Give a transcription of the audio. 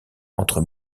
entre